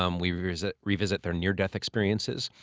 um we revisit revisit their near-death experiences.